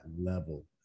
level